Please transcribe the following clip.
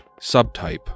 subtype